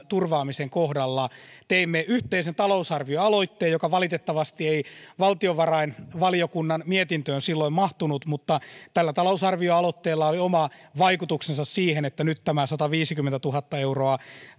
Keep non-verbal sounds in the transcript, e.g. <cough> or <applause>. <unintelligible> turvaamisen kohdalla teimme yhteisen talousarvioaloitteen joka valitettavasti ei valtiovarainvaliokunnan mietintöön silloin mahtunut mutta tällä talousarvioaloitteella oli oma vaikutuksensa siihen että nyt tämä sataviisikymmentätuhatta euroa